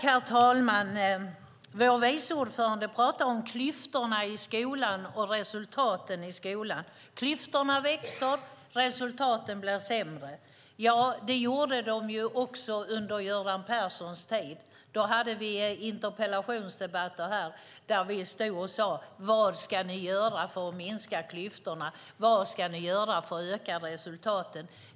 Herr talman! Vår vice ordförande pratar om klyftorna i skolorna och resultaten i skolan - klyftorna växer och resultaten blir sämre. Ja, så var det också under Göran Perssons tid. Då hade vi interpellationsdebatter där vi frågade: Vad ska ni göra för att minska klyftorna? Vad ska ni göra för att öka resultaten?